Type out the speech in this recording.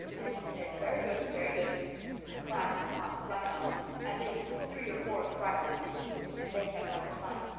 and he said very good very good the class caught right on at least three or four of the brighter ones did and they kept up the fun.